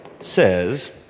says